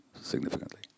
significantly